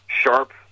sharp